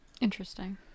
Interesting